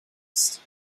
ist